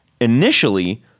initially